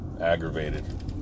aggravated